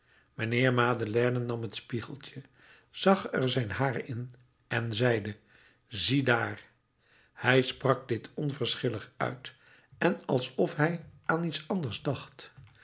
mijnheer madeleine nam het spiegeltje zag er zijn haar in en zeide ziedaar hij sprak dit onverschillig uit en alsof hij aan iets anders dacht